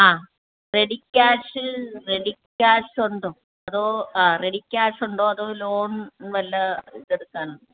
ആ ready cash ready cash ഉണ്ടോ അതോ റെഡി ക്യാഷ് ഉണ്ടോ അതോ ലോൺ വല്ല ഇതെടുക്കാൻ